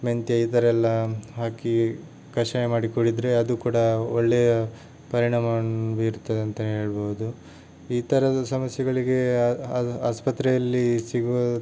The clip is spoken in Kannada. ಮೆಂತ್ಯೆ ಈ ಥರಯೆಲ್ಲ ಹಾಕಿ ಕಷಾಯ ಮಾಡಿ ಕುಡಿದರೆ ಅದು ಕೂಡ ಒಳ್ಳೆಯ ಪರಿಣಾಮವನ್ನು ಬೀರ್ತದೆ ಅಂತ ಹೇಳ್ಬೋದು ಈ ಥರದ ಸಮಸ್ಯೆಗಳಿಗೆ ಆಸ್ಪತ್ರೆಯಲ್ಲಿ ಸಿಗುವ